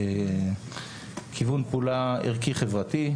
כיוון פעולה ערכי-חברתי,